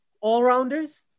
all-rounders